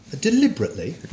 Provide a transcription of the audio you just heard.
deliberately